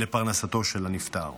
לפרנסתו של הנפטר.